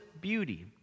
beauty